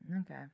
Okay